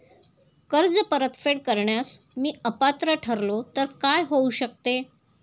कर्ज परतफेड करण्यास मी अपात्र ठरलो तर काय होऊ शकते?